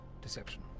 deception